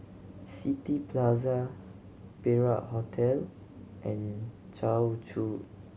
City Plaza Perak Hotel and Choa Chu